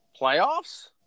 Playoffs